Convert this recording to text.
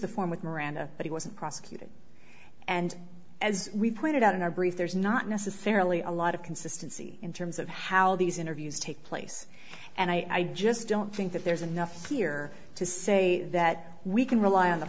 the form with miranda but he wasn't prosecuted and as we pointed out in our brief there's not necessarily a lot of consistency in terms of how these interviews take place and i just don't think that there's enough here to say that we can rely on the